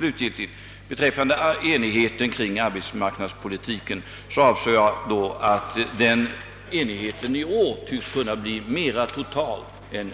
När jag talade om enigheten kring arbetsmarknadspolitiken menade jag, att enigheten i år tycks kunna bli mer total än